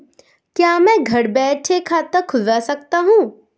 क्या मैं घर बैठे खाता खुलवा सकता हूँ?